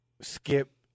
skip